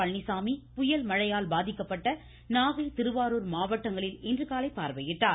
பழனிசாமி புயல் மழையால் பாதிக்கப்பட்ட நாகை திருவாரூர் மாவட்டங்களை இன்றுகாலை பார்வையிட்டார்